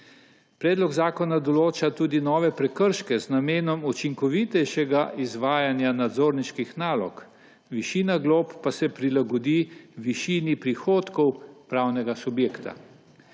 Predlog zakona določa tudi nove prekrške z namenom učinkovitejšega izvajanja nadzorniških nalog, višina glob pa se prilagodi višini prihodkov pravnega subjekta.